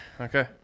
Okay